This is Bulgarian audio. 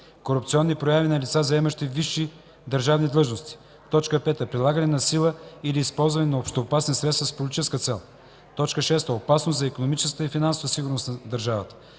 корупционни прояви на лица, заемащи висши държавни длъжности; 5. прилагане на сила или използване на общоопасни средства с политическа цел; 6. опасност за икономическата и финансовата сигурност на държавата;